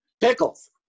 Pickles